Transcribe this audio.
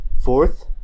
Fourth